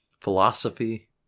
Philosophy